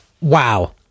wow